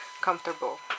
comfortable